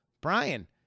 Brian